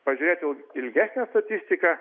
pažiūrėtum ilgesnę statistiką